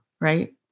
right